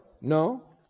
No